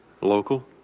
local